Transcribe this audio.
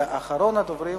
ואחרון הדוברים,